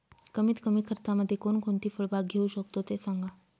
कमीत कमी खर्चामध्ये कोणकोणती फळबाग घेऊ शकतो ते सांगा